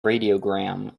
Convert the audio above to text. radiogram